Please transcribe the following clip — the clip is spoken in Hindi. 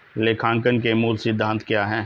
लेखांकन के मूल सिद्धांत क्या हैं?